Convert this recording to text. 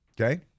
okay